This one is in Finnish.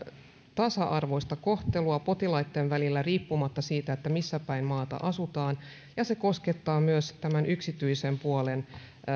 tasa arvoista kohtelua potilaitten välillä riippumatta siitä missä päin maata asutaan ja se koskettaa myös yksityisen puolen